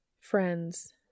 Friends